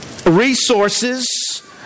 Resources